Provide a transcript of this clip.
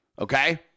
Okay